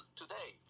today